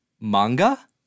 manga